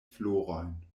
florojn